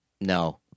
No